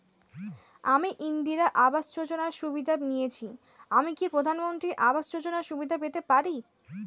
আমি ইন্দিরা আবাস যোজনার সুবিধা নেয়েছি আমি কি প্রধানমন্ত্রী আবাস যোজনা সুবিধা পেতে পারি?